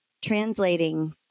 translating